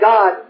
God